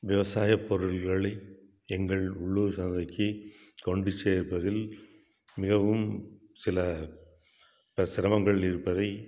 விவசாயப் பொருள்களை எங்கள் உள்ளூர் சந்தைக்கு கொண்டு சேர்ப்பதில் மிகவும் சில ப சிரமங்கள் இருப்பதை